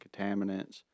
contaminants